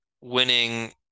winning